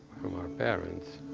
from our parents,